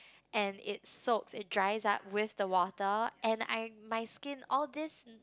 and it soaks it dries up with the water and I my skin all these